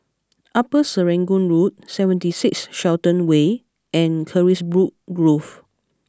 Upper Serangoon Road Seventy Six Shenton Way and Carisbrooke Grove